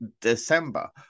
December